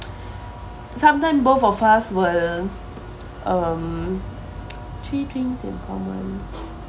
sometime both of us will um three things in common